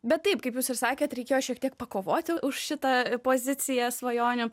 bet taip kaip jūs ir sakėt reikėjo šiek tiek pakovoti už šitą poziciją svajonių